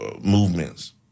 movements